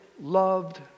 loved